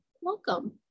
Welcome